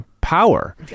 power